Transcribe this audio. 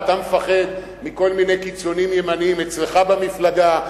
ואתה מפחד מכל מיני קיצונים ימניים אצלך במפלגה,